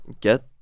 get